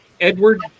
Edward